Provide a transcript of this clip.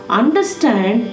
understand